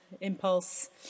Impulse